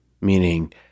Meaning